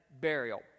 burial